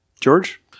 George